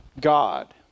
God